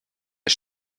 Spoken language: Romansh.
era